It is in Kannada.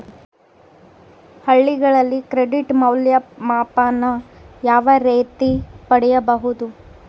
ಹಳ್ಳಿಗಳಲ್ಲಿ ಕ್ರೆಡಿಟ್ ಮೌಲ್ಯಮಾಪನ ಯಾವ ರೇತಿ ಪಡೆಯುವುದು?